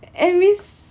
I miss